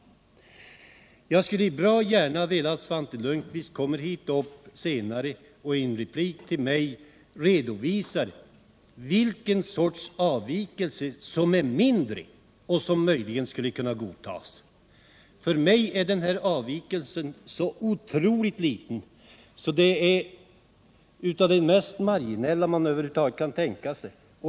Jag skulle bra gärna vilja att Svante Lundkvist redovisade vilket slags avvikelse som är mindre och som möjligen skulle kunna godtas. För mig är denna avvikelse så otroligt liten, en av de mest marginella man över huvud taget kan tänka sig.